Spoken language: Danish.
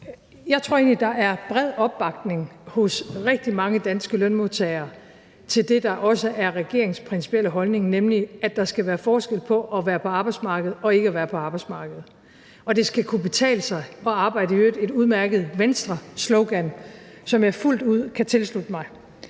Jeg tror egentlig, der er bred opbakning hos rigtig mange danske lønmodtagere til det, der også er regeringens principielle holdning, nemlig at der skal være forskel på at være på arbejdsmarkedet og ikke at være på arbejdsmarkedet. Og det skal kunne betale sig at arbejde – i øvrigt et udmærket Venstreslogan, som jeg fuldt ud kan tilslutte mig.